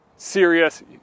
serious